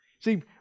See